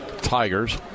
Tigers